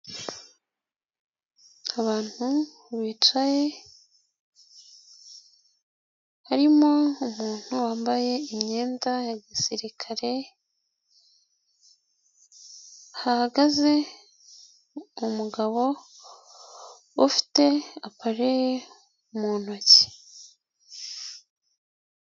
Abantu bicaye, harimo umuntu wambaye imyenda ya gisirikare, hahagaze umugabo ufite apareye mu ntoki.